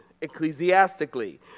ecclesiastically